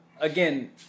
Again